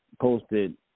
posted